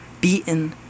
beaten